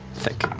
thick,